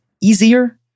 easier